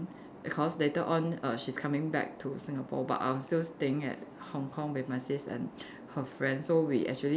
because later on err she's coming back to Singapore but I was still staying at Hong-Kong with my sis and her friends so we actually